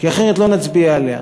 אחרת לא נצביע עליה.